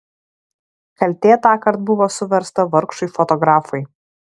kaltė tąkart buvo suversta vargšui fotografui